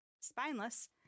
spineless